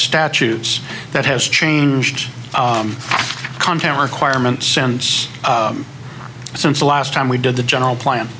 statutes that has changed content requirement sense since the last time we did the general plan